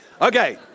Okay